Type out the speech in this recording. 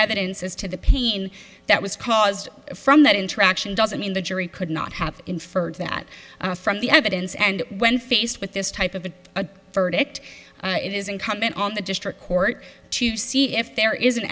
evidence as to the pain that was caused from that interaction doesn't mean the jury could not have inferred that from the evidence and when faced with this type of a verdict it is incumbent on the district court to see if there is an